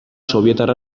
sobietar